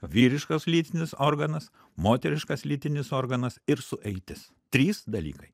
vyriškas lytinis organas moteriškas lytinis organas ir sueitis trys dalykai